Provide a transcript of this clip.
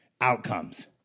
outcomes